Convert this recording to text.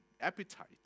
appetite